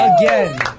Again